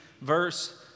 verse